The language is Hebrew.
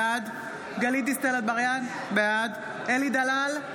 בעד גלית דיסטל אטבריאן, בעד אלי דלל,